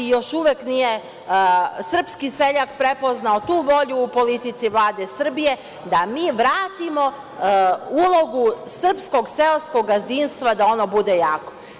Još uvek nije srpski seljak prepoznao tu volju u politici Vlade Srbije da mi vratimo ulogu srpskog seoskog gazdinstva da ono bude jako.